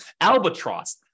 Albatross